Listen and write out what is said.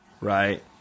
right